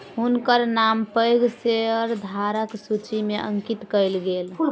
हुनकर नाम पैघ शेयरधारकक सूचि में अंकित कयल गेल